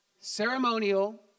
ceremonial